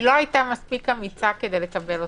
היא לא היתה מספיק אמיצה כדי לקבל אותה.